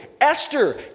Esther